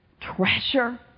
treasure